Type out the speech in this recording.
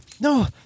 No